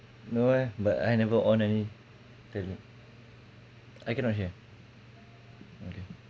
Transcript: no eh but I never own any talent I cannot hear okay